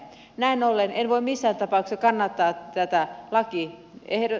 näin ollen en voi missään tapauksessa kannattaa tätä lakiesitystä